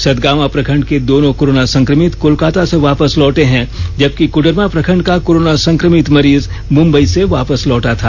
सतगावां प्रखंड के दोनों कोरोना संक्रमित कोलकाता से वापस लौटे हैं जबकि कोडरमा प्रखंड का कोरोना संक्रमित मरीज मुंबई से वापस लौटा था